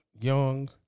young